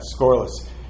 scoreless